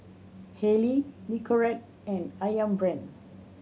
Haylee Nicorette and Ayam Brand